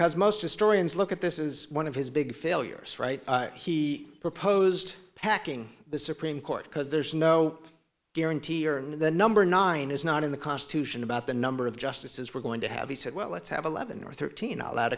because most historians look at this is one of his big failures right he proposed packing the supreme court because there's no guarantee or the number nine is not in the constitution about the number of justices we're going to have he said well let's have eleven or thirteen a